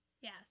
yes